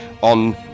on